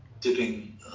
dipping